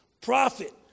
profit